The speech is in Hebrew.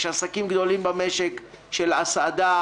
יש עסקים גדולים במשק של הסעדה,